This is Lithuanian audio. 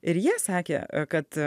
ir jie sakė kad